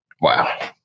Wow